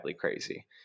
crazy